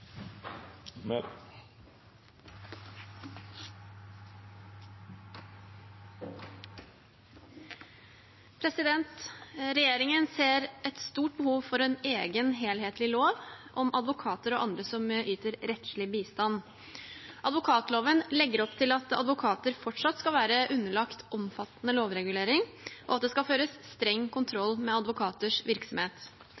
Regjeringen ser et stort behov for en egen, helhetlig lov om advokater og andre som yter rettslig bistand. Advokatloven legger opp til at advokater fortsatt skal være underlagt omfattende lovregulering, og at det skal føres streng